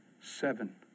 seven